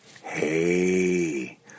Hey